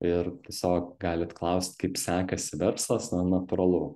ir tiesiog galit klaust kaip sekasi verslas na natūralu